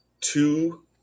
two